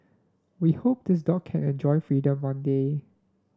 we hope this dog can enjoy freedom one day